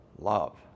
love